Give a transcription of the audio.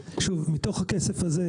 מתוך הכסף הזה,